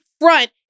front